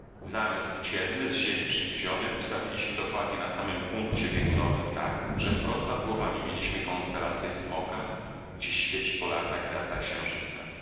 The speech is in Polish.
księżycu namiot płócienny z ziemi przywieziony ustawiliśmy dokładnie na samym punkcie biegunowym tak że wprost nad głowami mieliśmy konstelację smoka gdzie świeci polarna gwiazda księżyca